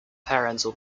parental